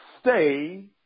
stay